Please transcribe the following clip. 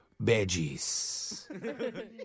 Veggies